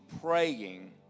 praying